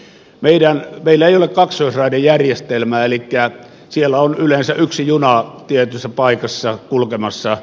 meillä ei ole kaksoisraidejärjestelmää elikkä siellä on yleensä yksi juna tietyssä paikassa kulkemassa